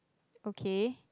okay